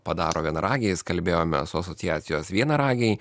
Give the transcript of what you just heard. padaro vienaragiais kalbėjome su asociacijos vienaragiai